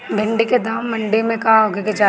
भिन्डी के दाम मंडी मे का होखे के चाही?